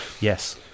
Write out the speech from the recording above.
Yes